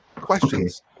questions